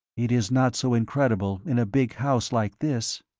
it is not so incredible in a big house like this.